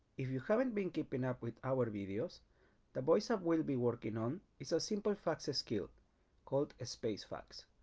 if you haven't been keeping up with our videos the voice app we'll be working on is a simple facts skill called ah space facts,